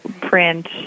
print